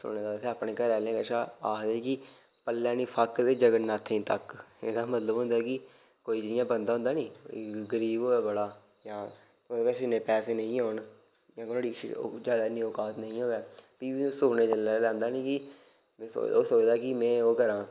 सुने दा असें अपने घरें आह्लें कशा आखदे कि पल्लै नी फक्क ते जगननाथें गी तक्क एह्दा मतलब होंदा कि कोई जियां बंदा होंदा नी गरीब होवे बड़ा जां ओह्दे कच्छ इन्ने पैसे नेई होन नुआढ़ी ज्यादा इन्नी औकात नेईं होवे फ्ही बी ओह् सुखने जिल्लै लैंदा नीं कि ओह् सोचना कि मीं ओह् करां